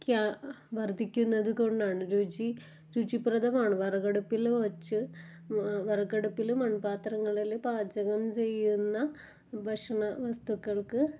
ഗ്യാ വർദ്ധിക്കുന്നതു കൊണ്ടാണ് രുചി രുചിപ്രദമാണ് വിറകടുപ്പിൽ വെച്ച് വിറകടുപ്പില് മൺപാത്രങ്ങളില് പാചകം ചെയ്യുന്ന ഭക്ഷണ വസ്തുക്കൾ